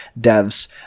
devs